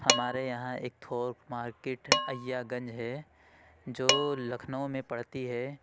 ہمارے یہاں ایک تھوک مارکیٹ ایا گنج ہے جو لکھنؤ میں پڑتی ہے